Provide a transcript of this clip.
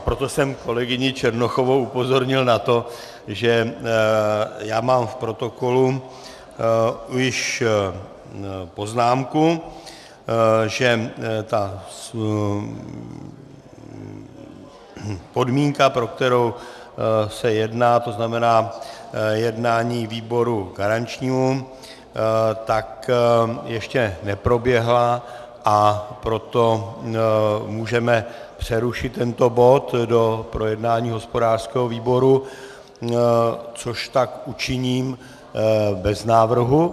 Proto jsem kolegyni Černochovou upozornil na to, že mám v protokolu již poznámku, že ta podmínka, pro kterou se jedná, to znamená jednání výboru garančnímu, tak ještě neproběhla, a proto můžeme přerušit tento bod do projednání hospodářského výboru, což tak učiním bez návrhu.